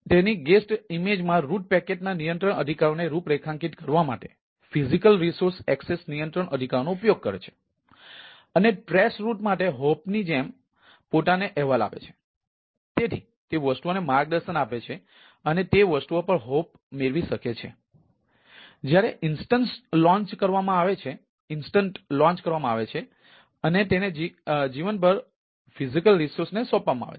તેથી સામાન્ય રીતે HP હાઇપરવિઝર કરવામાં આવે છે અને તેને જીવનભર ભૌતિક મશીનને સોંપવામાં આવે છે